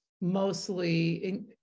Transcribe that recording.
mostly